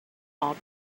all